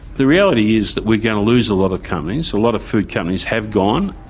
the reality is that we're going to lose a lot of companies, a lot of food companies have gone.